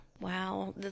Wow